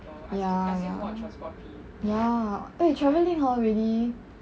ya ya ya eh travelling hor really